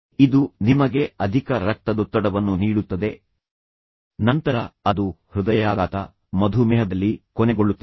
ಆದ್ದರಿಂದ ಇದು ನಿಮಗೆ ಅಧಿಕ ರಕ್ತದೊತ್ತಡವನ್ನು ನೀಡುತ್ತದೆ ರಕ್ತದೊತ್ತಡದ ಪ್ರಮಾಣವು ಹೆಚ್ಚಾಗುತ್ತಲೇ ಇರುತ್ತದೆ ಮತ್ತು ನಂತರ ಅದು ಹೃದಯಾಘಾತ ಮಧುಮೇಹದಲ್ಲಿ ಕೊನೆಗೊಳ್ಳುತ್ತದೆ